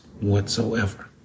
whatsoever